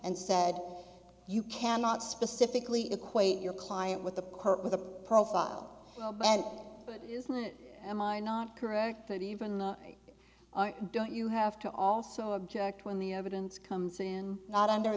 and said you cannot specifically equate your client with the court with a profile and islam am i not correct that even the don't you have to also object when the evidence comes in not under